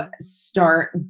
start